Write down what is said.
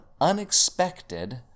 unexpected